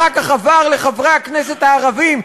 אחר כך עבר לחברי הכנסת הערבים,